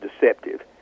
deceptive